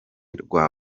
rwa